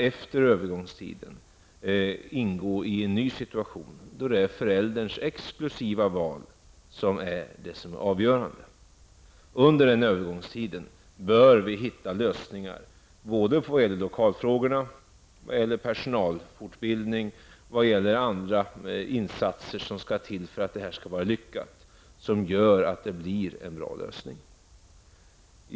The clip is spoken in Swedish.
Efter övergångstiden skall vi ha kommit till den situationen att det föräldrarnas exklusiva val som är det avgörande. Under den övergångstiden bör vi kunna finna lösningar på frågor som rör lokaler, personalens fortbildning och andra insatser som måste till för att det hela skall bli lyckat.